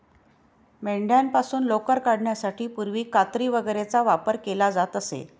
मेंढ्यांपासून लोकर काढण्यासाठी पूर्वी कात्री वगैरेचा वापर केला जात असे